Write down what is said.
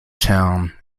town